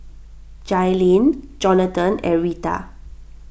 Jailene Jonathan and Reta